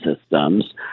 systems